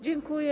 Dziękuję.